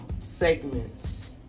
segments